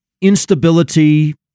Instability